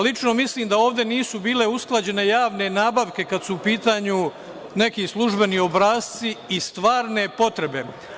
Lično mislim da ovde nisu bile usklađene javne nabavke kada su u pitanju neki službeni obrasci i stvarne potrebe.